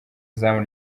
izamu